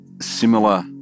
similar